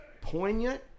poignant